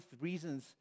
reasons